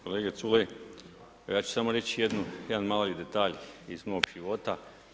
Kolega Culej, evo ja ću samo reći jedan mali detalj iz mog života.